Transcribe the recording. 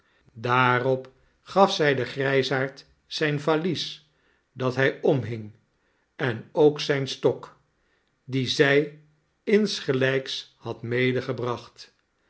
daarop gaf zij den grijsaard zijn valies dat hij omhing en ook zijn stok dien zij insgelijks had